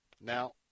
Now